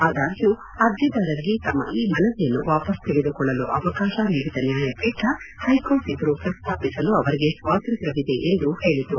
ಆದಾಗ್ಯೂ ಅರ್ಜಿದಾರರಿಗೆ ತಮ್ಮ ಈ ಮನವಿಯನ್ನು ವಾಪಸ್ ತೆಗೆದುಕೊಳ್ಳಲು ಅವಕಾಶ ನೀಡಿದ ನ್ಯಾಯಪೀಠ ಹೈಕೋರ್ಟ್ ಎದುರು ಪ್ರಸ್ತಾಪಿಸಲು ಅವರಿಗೆ ಸ್ವಾತಂತ್ರ್ಯವಿದೆ ಎಂದು ಹೇಳಿತು